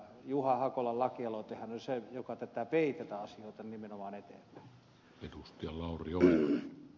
juha hakolan lakialoitehan oli se joka vei tätä asiaa nimenomaan eteenpäin